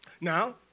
Now